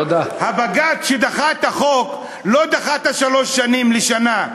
הבג"ץ שדחה את החוק לא דחה את השלוש שנים ואמר שנה.